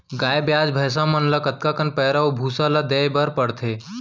गाय ब्याज भैसा मन ल कतका कन पैरा अऊ भूसा ल देये बर पढ़थे?